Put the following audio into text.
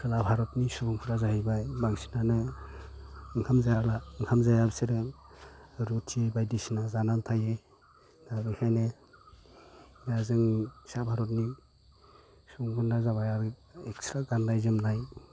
खोला भारतनि सुबुंफोरा जाहैबाय बांसिनानो ओंखाम जायाला ओंखाम जाया बिसोरो रुटि बायदिसिना जानानै थायो दा बिखायनो दा बेखायनो जोंनि सा भारतनि सुबुंफोरना जाबाय आरो इग्स्ट्रा गाननाय जोमनाय